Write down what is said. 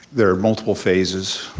there are multiple phases.